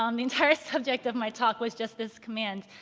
um the entire subject of my talk was just this command.